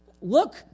Look